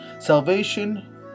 Salvation